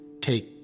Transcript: take